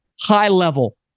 high-level